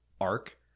arc